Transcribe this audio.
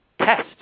test